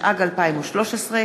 התשע"ד 2013,